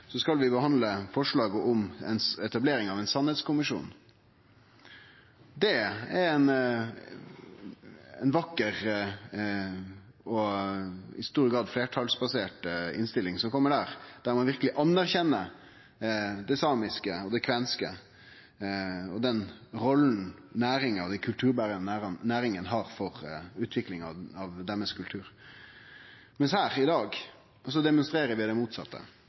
skal vi behandle forslaget om etablering av ein sanningskommisjon. Det er ei vakker og i stor grad fleirtalsbasert innstilling som kjem der, der ein verkeleg anerkjenner det samiske og det kvenske og den rolla dei kulturberande næringane har for utviklinga av kulturen deira, mens vi her i dag demonstrerer det motsette.